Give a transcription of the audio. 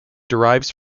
derives